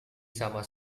sama